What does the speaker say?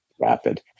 Rapid